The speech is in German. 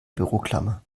büroklammer